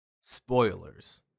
Spoilers